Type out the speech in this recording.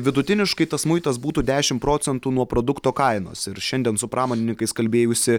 vidutiniškai tas muitas būtų dešimt procentų nuo produkto kainos ir šiandien su pramonininkais kalbėjausi